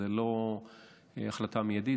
זו לא החלטה מיידית.